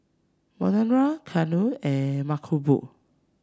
Manohar Ketna and Mankombu